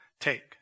take